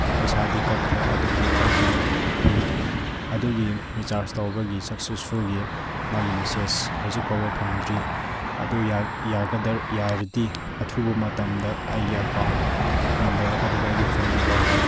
ꯄꯩꯁꯥꯗꯤ ꯀꯛꯈ꯭ꯔꯦ ꯑꯗꯨꯕꯨ ꯑꯩꯒꯤ ꯑꯩ ꯑꯗꯨꯒꯤ ꯔꯤꯆꯥꯔꯖ ꯇꯧꯕꯒꯤ ꯁꯛꯁꯦꯁꯐꯨꯜꯒꯤ ꯃꯥꯒꯤ ꯃꯦꯁꯦꯖ ꯍꯧꯖꯤꯛꯐꯥꯎꯕ ꯐꯪꯗ꯭ꯔꯤ ꯑꯗꯨ ꯌꯥꯔꯗꯤ ꯑꯊꯨꯕ ꯃꯇꯝꯗ ꯑꯩꯒꯤ ꯑꯦꯀꯥꯎꯟ ꯅꯝꯕꯔ ꯑꯗꯨꯒ ꯑꯩꯒꯤ ꯐꯣꯟ ꯅꯝꯕꯔꯗ